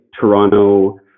Toronto